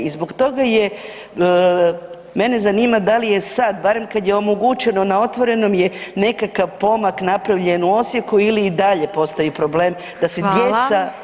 I zbog toga je, mene zanima, da li je sad, barem kad je omogućeno na otvorenom, je nekakav pomak napravljen u Osijeku ili i dalje postoji problem da se djeca